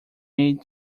made